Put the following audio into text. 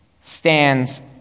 stands